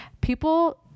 People